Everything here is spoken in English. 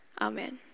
Amen